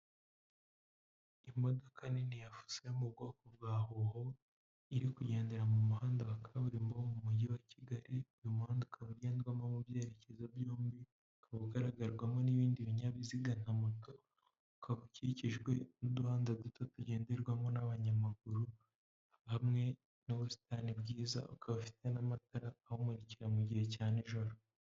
Imodoka nini yafuso yo mu bwoko bwa huho, iri kugendera mu muhanda wa kaburimbo wo mu mujyi wa Kigali, uyu umuhanda ukaba ugendwamo mu byerekezo byombi, ukaba ugaragarwamo n'ibindi binyabiziga nka moto, ukaba ukikijwe n'uduhanda duto tugenderwamo n'abanyamaguru, hamwe n'ubusitani bwiza ukaba afite n'amatara awumurikira mu gihe cya nijoro.